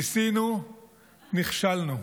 ניסינו, נכשלנו.